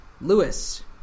Lewis